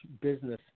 business